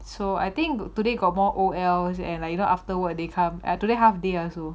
so I think today got more O_L and like after work they come ah today half day also